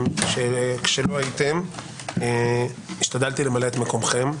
כשלא הייתם, השתדלתי למלא את מקומכם.